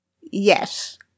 Yes